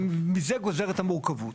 ומזה גוזר את המורכבות.